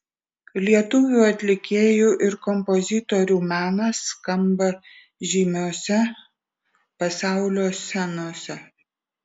lietuvių atlikėjų ir kompozitorių menas skamba žymiose pasaulio scenose